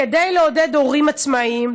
כדי לעודד הורים עצמאיים,